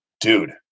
dude